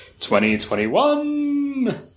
2021